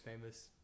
famous